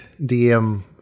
DM